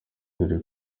dore